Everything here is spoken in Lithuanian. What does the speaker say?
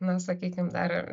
na sakykim dar